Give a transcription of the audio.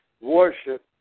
Worship